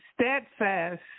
steadfast